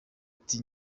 uti